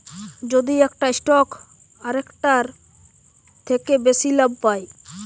যদি একটা স্টক আরেকটার থেকে বেশি লাভ পায়